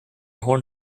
horn